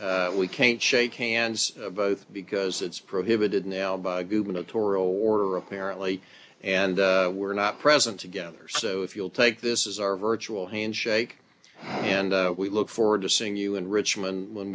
hand we can't shake hands of both because it's prohibited now by a gubernatorial order apparently and were not present together so if you'll take this is our virtual handshake and we look forward to seeing you in richmond when